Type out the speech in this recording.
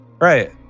Right